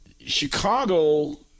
Chicago